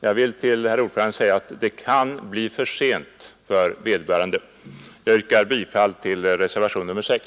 Jag vill för utskottets ordförande framhålla att det kan bli för sent för vederbörande svårt handikappade. Jag yrkar bifall till reservationen 6.